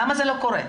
למה זה לא קורה?